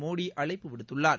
மோடிஅழைப்பு விடுத்துள்ளார்